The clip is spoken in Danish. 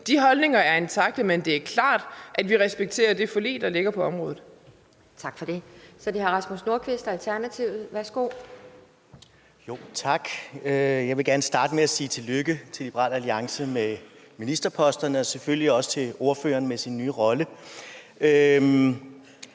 De holdninger er intakte, men det er klart, at vi respekterer det forlig, der ligger på området. Kl. 15:01 Formanden (Pia Kjærsgaard): Tak for det. Så er det hr. Rasmus Nordqvist, Alternativet. Værsgo. Kl. 15:01 Rasmus Nordqvist (ALT): Tak. Jeg vil gerne starte med sige tillykke til Liberal Alliance med ministerposterne og selvfølgelig også til ordføreren med sin nye rolle.